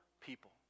people